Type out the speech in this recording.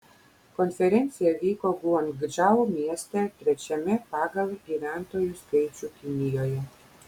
konferencija vyko guangdžou mieste trečiame pagal gyventojų skaičių kinijoje